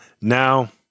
Now